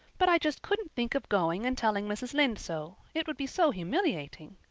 but i just couldn't think of going and telling mrs. lynde so. it would be so humiliating.